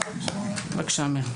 בבקשה, אמיר.